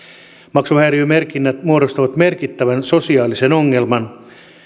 maksuhäiriömerkinnät muodostavat merkittävän sosiaalisen ongelman